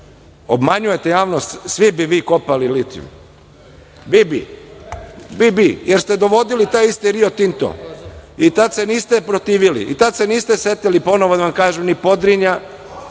obmanjujete javnost, svi bi vi kopali litijum, da kopali bi, jer ste dovodili taj isti Rio Tinto i tada se niste protivili i tada se niste setili, ponovo da vam kažem, i Podrinja,